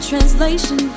Translation